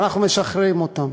ואנחנו משחררים אותם.